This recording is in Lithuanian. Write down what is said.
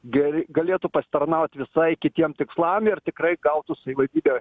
gerai galėtų pasitarnaut visai kitiem tikslam ir tikrai gautų savivaldybė